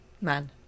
Man